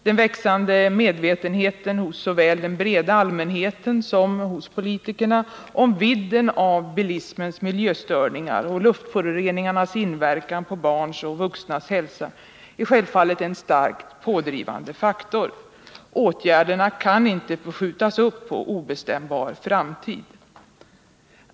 Den växande medvetenheten såväl hos den breda allmänheten som hos politikerna om vidden av bilismens miljöstörningar och luftföroreningarnas inverkan på barns och vuxnas hälsa är självfallet en starkt pådrivande faktor. Åtgärderna kan inte få skjutas upp på obestämbar framtid.